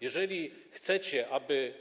Jeżeli chcecie, aby